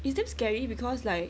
its damn scary because like